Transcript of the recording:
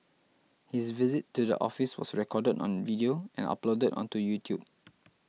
his visit to the office was recorded on video and uploaded onto YouTube